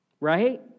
right